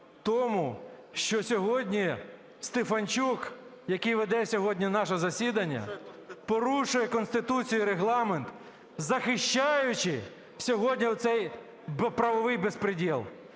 тому, що сьогодні Стефанчук, який веде сьогодні наше засідання, порушує Конституцію і Регламент, захищаючи сьогодні цей правовий беспредел.